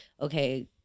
okay